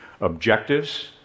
Objectives